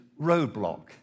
roadblock